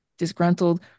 Disgruntled